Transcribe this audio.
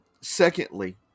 secondly